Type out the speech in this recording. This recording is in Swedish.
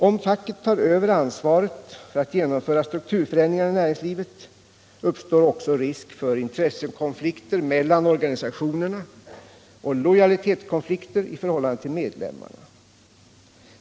Om facket tar över ansvaret för att genomföra strukturförändringarna i näringslivet uppstår också risk för intressekonflikter mellan organisationerna och lojalitetskonflikter i förhållande till medlemmarna.